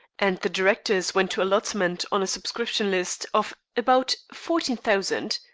and the directors went to allotment on a subscription list of about fourteen thousand